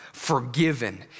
forgiven